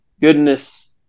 goodness